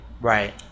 Right